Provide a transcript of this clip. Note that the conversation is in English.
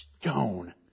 stone